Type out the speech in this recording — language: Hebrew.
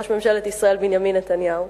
ראש ממשלת ישראל בנימין נתניהו,